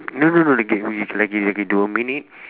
no no no lagi lagi lagi dua minit